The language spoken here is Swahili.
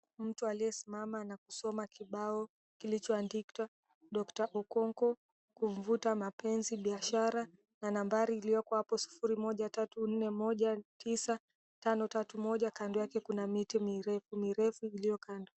Mtu aliyesimama na kusoma kibao kilichoandikwa Doctor Okonkwo kuvuta mapenzi, biashara na nambari iliyoko apo 013419531 moja kando yake kuna miti mirefu mirefu iliyokando.